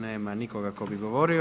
Nema nikoga tko bi govorio.